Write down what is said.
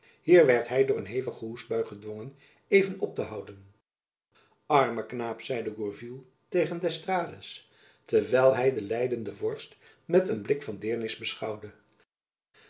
hier werd hy door een hevige hoestbui gedwongen even op te houden arme knaap zeide gourville tegen d'estrades terwijl hy den lijdenden vorst met een blik van deernis beschouwde